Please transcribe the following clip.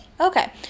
Okay